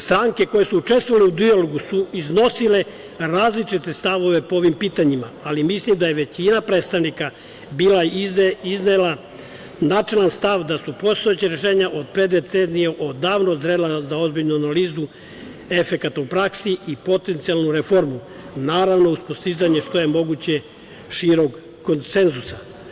Stranke koje su učestvovale u dijalogu su iznosile različite stavove po ovim pitanjima, ali mislim da je većina predstavnika iznela načelan stav da su postojeća rešenja od pre decenije odavno zrela za ozbiljnu analizu efekata u praksi i potencijalnu reformu, a uz postizanje što je moguće šireg konsenzusa.